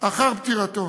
אחר פטירתו.